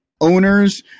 owners